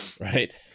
right